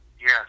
Yes